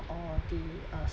or the uh